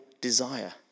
desire